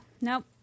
Nope